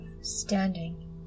standing